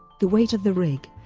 the weight of the rig